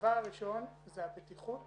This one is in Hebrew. הדבר הראשון זה הבטיחות